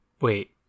wait